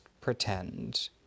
Pretend